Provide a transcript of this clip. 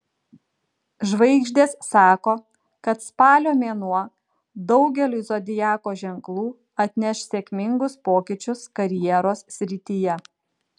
žvaigždės sako kad spalio mėnuo daugeliui zodiako ženklų atneš sėkmingus pokyčius karjeros srityje